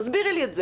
תסבירי לי את זה.